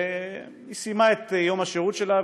היא סיימה את יום השירות שלה,